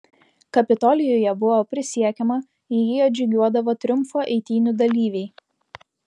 kapitolijuje buvo prisiekiama į jį atžygiuodavo triumfo eitynių dalyviai